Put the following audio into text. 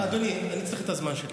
אדוני, אני צריך את הזמן שלי.